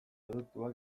produktuak